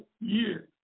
year